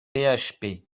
php